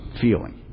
feeling